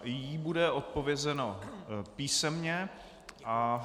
I jí bude odpovězeno písemně a...